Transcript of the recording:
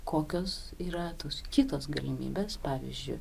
kokios yra tos kitos galimybės pavyzdžiu